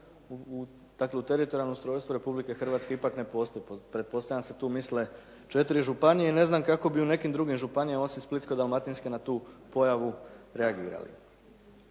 teritorijalnom ustrojstvu Republike Hrvatske ipak ne postoji. Pretpostavlja da se tu misle 4 županije. Ne znam kako bi u nekim drugim županijama osim Splitsko-dalmatinsku na tu pojavu reagirali.